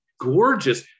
gorgeous